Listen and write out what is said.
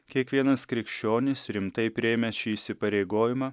kiekvienas krikščionis rimtai priėmęs šį įsipareigojimą